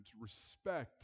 respect